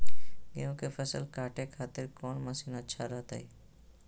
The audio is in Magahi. गेहूं के फसल काटे खातिर कौन मसीन अच्छा रहतय?